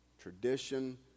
tradition